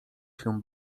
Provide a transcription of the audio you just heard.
się